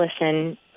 listen